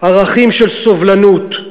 ערכים של סובלנות,